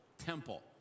temple